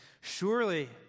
Surely